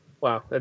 Wow